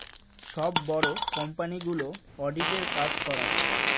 সব বড়ো কোম্পানিগুলো অডিটের কাজ করায়